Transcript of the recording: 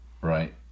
Right